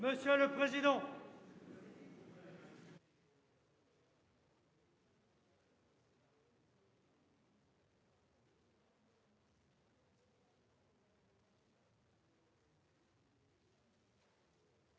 Monsieur le président,